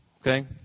Okay